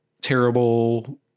terrible